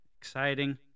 exciting